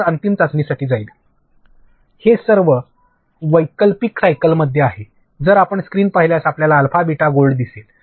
नंतर अंतिम चाचणीसाठी जाईल हे सर्व वैकल्पिक सायकलमध्ये आहे जर आपण स्क्रीन पाहिल्यास आपल्याला अल्फा बीटा गोल्ड दिसेल